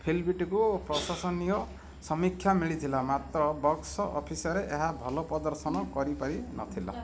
ଫିଲ୍ମଟିକୁ ପ୍ରଶଂସନୀୟ ସମୀକ୍ଷା ମିଳିଥିଲା ମାତ୍ର ବକ୍ସ ଅଫିସରେ ଏହା ଭଲ ପ୍ରଦର୍ଶନ କରିପାରିନଥିଲା